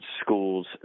schools